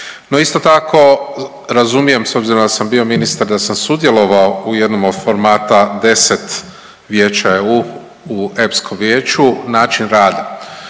isto tako razumijem s obzirom da sam bio ministar da sam sudjelovao u jednom od formata deset Vijeća u EU u EPSCO-m vijeću način rada.